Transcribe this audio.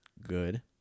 Good